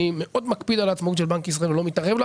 אני מאוד מקפיד על העצמאות של בנק ישראל ולא מתערב לה,